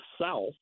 South